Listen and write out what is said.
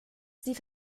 sie